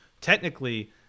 technically